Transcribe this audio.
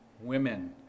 women